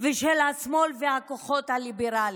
ושל השמאל והכוחות הליברליים.